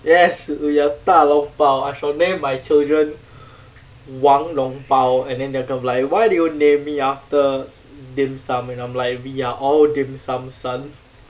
yes we are 大笼包 I shall name my children 王笼包 and then they're gonna be like why did you name me after dim sum and I'm like we are all dim sum son